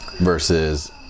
versus